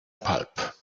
pulp